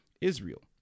Israel